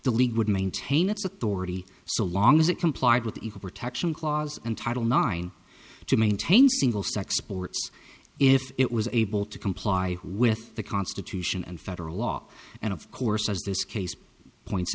the league would maintain its authority so long as it complied with the equal protection clause and title nine to maintain single sex sports if it was able to comply with the constitution and federal law and of course as this case points